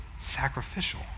sacrificial